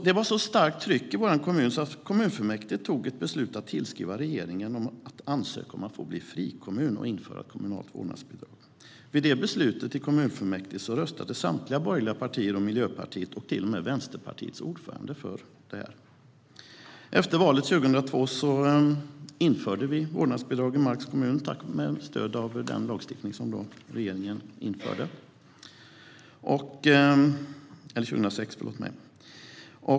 Det var så starkt tryck i vår kommun att kommunfullmäktige fattade ett beslut att tillskriva regeringen och ansöka om att få bli frikommun och införa kommunalt vårdnadsbidrag. Vid det beslutet i kommunfullmäktige röstade samtliga borgerliga partier, Miljöpartiet och till och med Vänsterpartiets ordförande för detta. Efter valet 2006 införde vi vårdnadsbidrag i Marks kommun med stöd av den lagstiftning som regeringen då införde.